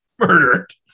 Murdered